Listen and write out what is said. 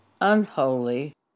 unholy